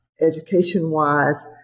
education-wise